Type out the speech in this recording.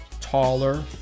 taller